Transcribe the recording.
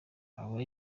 aba